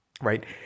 Right